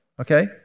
okay